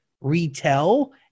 retell